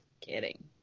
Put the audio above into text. kidding